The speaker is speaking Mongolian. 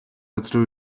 газрын